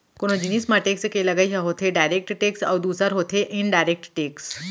कोनो जिनिस म टेक्स के लगई ह होथे डायरेक्ट टेक्स अउ दूसर होथे इनडायरेक्ट टेक्स